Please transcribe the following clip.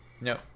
no